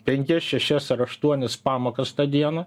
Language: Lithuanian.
penkias šešias ar aštuonias pamokas tą dieną